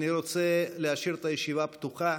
אני רוצה להשאיר את הישיבה פתוחה.